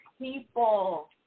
people